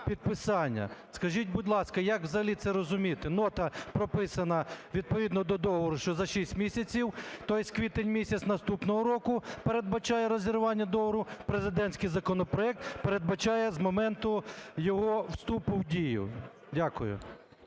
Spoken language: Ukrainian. підписання. Скажіть, будь ласка, як взагалі це розуміти: нота прописана відповідно до договору, що за 6 місяців, то єсть квітень місяць наступного року передбачає розірвання договору, президентський законопроект передбачає з моменту його вступу в дію? Дякую.